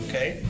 Okay